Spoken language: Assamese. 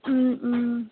ওম ওম